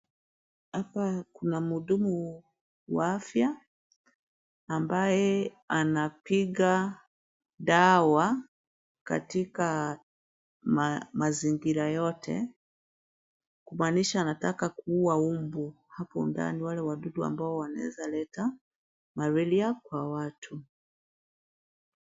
Hapa kuna mhudumu wa afya ambaye anapiga dawa katika mazingira yote, kumaanisha anataka kuua umbu hapo ndani, wale wadudu ambao wanaeza leta Malaria kwa watu.